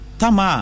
tama